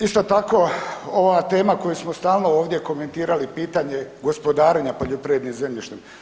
Isto tako, ova tema koju smo stalno ovdje komentirali, pitanje gospodarenja poljoprivrednim zemljištem.